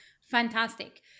fantastic